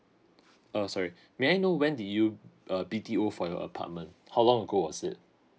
uh sorry may I know when did you uh B_T_O for your apartment how long ago was it